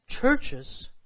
churches